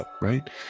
right